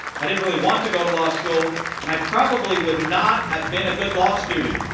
i didn't really want to go to law school and i probably would not have been a good law student,